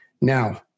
Now